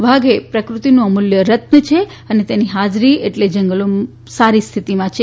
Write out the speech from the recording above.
વાઘ એ પ્રકૃતિનું અમૂલ્ય રત્ન છે અને તેની હાજરી એટલે જંગલો સારી સ્થિતિમાં છે